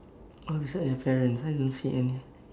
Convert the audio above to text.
oh beside the parents I don't see any